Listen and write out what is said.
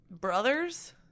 Brothers